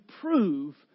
prove